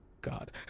God